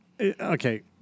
okay